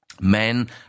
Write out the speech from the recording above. Men